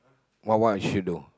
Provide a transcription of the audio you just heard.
what what I should do